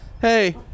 hey